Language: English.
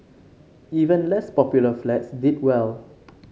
even less popular flats did well